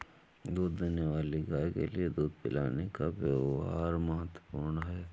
दूध देने वाली गाय के लिए दूध पिलाने का व्यव्हार महत्वपूर्ण है